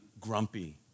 grumpy